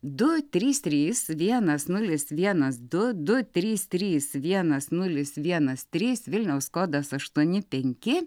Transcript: du trys trys vienas nulis vienas du du trys trys vienas nulis vienas trys vilniaus kodas aštuoni penki